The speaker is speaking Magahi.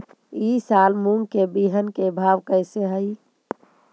ई साल मूंग के बिहन के भाव कैसे हई?